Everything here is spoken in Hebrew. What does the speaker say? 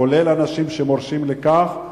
כולל אנשים שמורשים לכך,